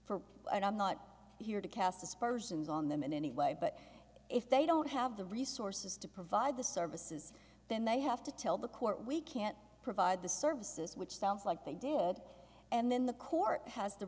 for and i'm not here to cast aspersions on them in any way but if they don't have the resources to provide the services then they have to tell the court we can't provide the services which sounds like they did and then the court has the